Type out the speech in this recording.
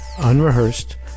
unrehearsed